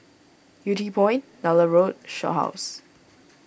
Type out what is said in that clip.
Yew Tee Point Nallur Road Shaw House